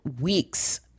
weeks